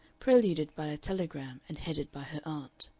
preluded by a telegram and headed by her aunt.